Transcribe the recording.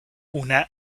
una